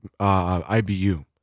IBU